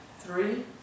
three